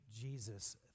Jesus